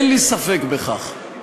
ואין לי ספק בכך,